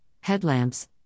headlamps